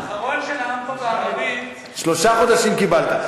האחרון שנאם פה בערבית, שלושה חודשים קיבלת.